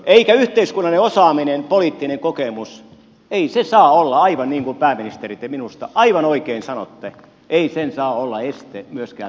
eikä yhteiskunnallinen osaaminen poliittinen kokemus saa olla aivan niin kuin pääministeri te minusta aivan oikein sanotte myöskään este virassa etenemiselle